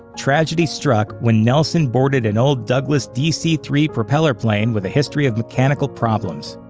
tragedy struck when nelson boarded an old douglas dc three propeller plane with a history of mechanical problems.